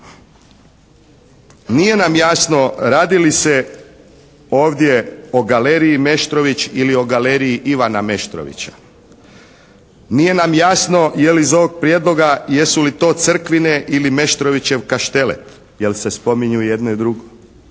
nije nam jasno radi li se ovdje o Galeriji Meštrović ili o Galeriji Ivana Meštrovića. Nije nam jasno je li iz ovog prijedloga, jesu li to Crkvine ili Meštrovićev Kaštelet, jer se spominju i jedno i drugo.